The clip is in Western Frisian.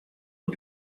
oer